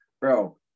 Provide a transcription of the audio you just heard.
Bro